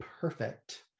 perfect